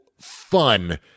fun